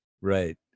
Right